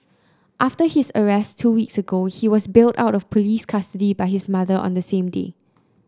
after his arrest two weeks ago he was bailed out of police custody by his mother on the same day